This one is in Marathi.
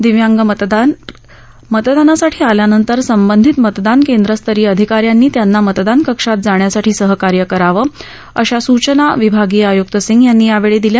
दिव्यांग मतदार मतदानासाठी आल्यानंतर संबंधित मतदान केंद्रस्तरीय अधिकाऱ्यांनी त्यांना मतदान कक्षात जाण्यासाठी सहकार्य करावे अशा सूचना विभागीय आयुक्त सिंह यांनी यावेळी दिल्या